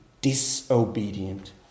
disobedient